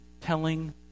telling